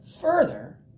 further